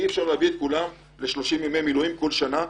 אי-אפשר להביא את כולם ל-30 ימי מילואים כל שנה,